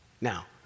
now